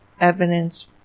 evidence